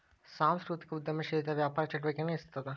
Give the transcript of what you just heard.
ಸಾಂಸ್ಕೃತಿಕ ಉದ್ಯಮಶೇಲತೆ ವ್ಯಾಪಾರ ಚಟುವಟಿಕೆನ ಹೆಚ್ಚಿಸ್ತದ